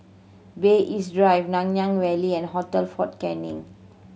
Bay East Drive Nanyang Valley and Hotel Fort Canning